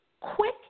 quick